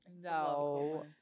no